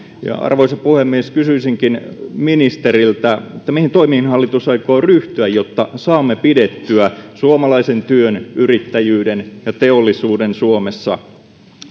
arvoisa puhemies kysyisinkin ministeriltä mihin toimiin hallitus aikoo ryhtyä jotta saamme pidettyä suomalaisen työn yrittäjyyden ja teollisuuden suomessa